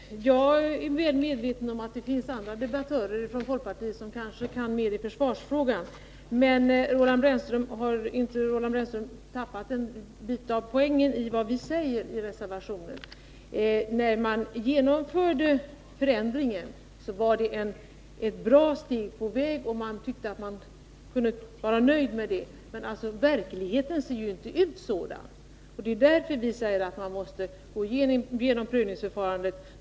Herr talman! Jag är väl medveten om att det finns andra debattörer inom folkpartiet som kan mer än jag i försvarsfrågan. Men har inte Roland Brännström tappat en bit av poängen i vad vi säger i reservationen. När förändringen genomfördes var det ett bra steg på vägen, och det kan tyckas som om man borde vara nöjd med detta. Men verkligheten ser ju inte sådan ut. Det är därför vi säger att man måste se över prövningsförfarandet.